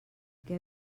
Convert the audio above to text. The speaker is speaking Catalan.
què